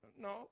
No